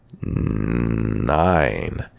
nine